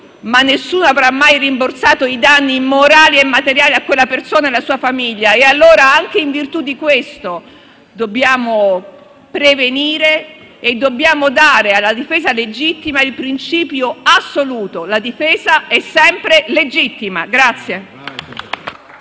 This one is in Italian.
Nessuno avrà mai rimborsato i danni morali e materiali a quella persona e alla sua famiglia. Anche in virtù di questo dobbiamo prevenire e dobbiamo riconoscere alla difesa legittima il principio assoluto: la difesa è sempre legittima.